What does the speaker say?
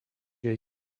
jej